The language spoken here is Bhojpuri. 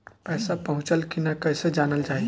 पैसा पहुचल की न कैसे जानल जाइ?